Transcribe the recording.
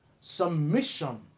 Submission